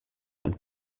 and